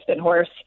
horse